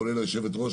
כוללת היושבת-ראש,